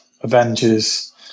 Avengers